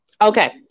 Okay